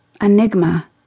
Enigma